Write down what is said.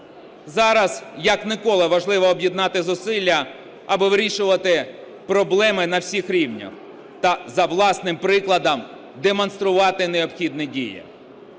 Зараз як ніколи важливо об'єднати зусилля, аби вирішувати проблеми на всіх рівнях та за власним прикладом демонструвати необхідні дії.